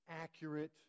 accurate